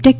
tech